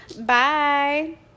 Bye